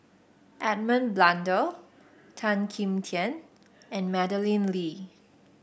Edmund Blundell Tan Kim Tian and Madeleine Lee